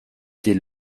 dès